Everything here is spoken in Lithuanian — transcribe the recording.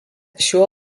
šiuo